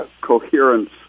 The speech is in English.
coherence